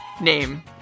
name